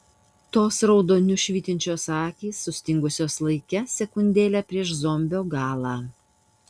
tos raudoniu švytinčios akys sustingusios laike sekundėlę prieš zombio galą